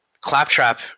Claptrap